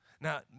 Now